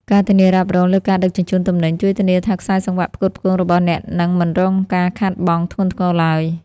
ការធានារ៉ាប់រងលើការដឹកជញ្ជូនទំនិញ ជួយធានាថាខ្សែសង្វាក់ផ្គត់ផ្គង់របស់អ្នកនឹងមិនរងការខាតបង់ធ្ងន់ធ្ងរឡើយ។